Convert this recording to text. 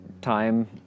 time